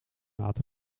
laten